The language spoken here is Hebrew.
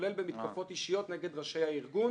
כולל במתקפות אישיות נגד ראשי הארגון